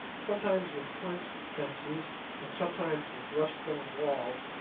sometimes with quince fences and sometimes with rough stone walls,